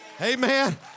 Amen